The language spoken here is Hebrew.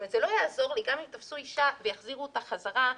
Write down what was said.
אם תפסו אישה והחזירו אותה חזרה,